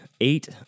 eight